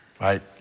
right